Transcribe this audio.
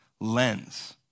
lens